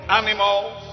animals